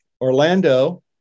Orlando